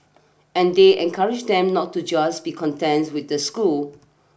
and they encourage them not to just be content with the school